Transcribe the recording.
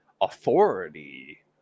authority